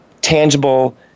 tangible